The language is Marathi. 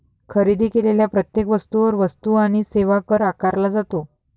खरेदी केलेल्या प्रत्येक वस्तूवर वस्तू आणि सेवा कर आकारला जातो